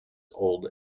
old